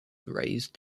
raised